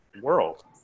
world